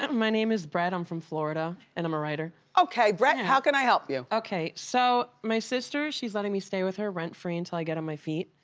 and my name is brett, i'm from florida, and i'm a writer. okay brett, how can i help you? okay, so my sister, she's letting me stay with her rent-free until i get on my feet.